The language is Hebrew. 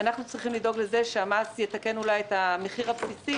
אנחנו צריכים לדאוג לכך שהמס יתקן אולי את המחיר הבסיסי.